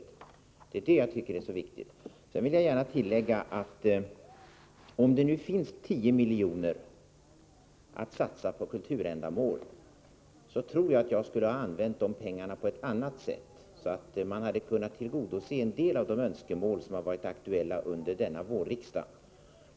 Det är det som jag tycker är så viktigt. Sedan vill jag gärna tillägga, att om det nu finns 10 milj.kr. att satsa på kulturändamål, tror jag att jag skulle vilja använda pengarna på ett annat sätt, så att man kan tillgodose en del av de önskemål som har varit aktuella under denna vårriksdag.